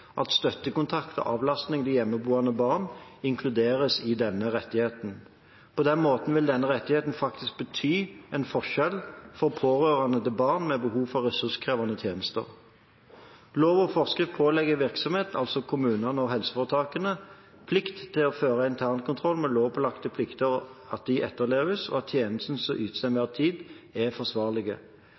at støttekontakt og avlastning til hjemmeboende barn inkluderes i denne rettigheten. På den måten vil denne rettigheten faktisk bety en forskjell for pårørende til barn med behov for ressurskrevende tjenester. Lov og forskrift pålegger virksomhetene – altså kommunene og helseforetakene – plikt til å føre internkontroll med at lovpålagte plikter etterleves, og at tjenestene som ytes til enhver tid, er forsvarlige.